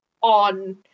on